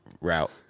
route